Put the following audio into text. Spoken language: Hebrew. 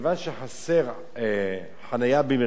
שחסרה חנייה במרכז העיר,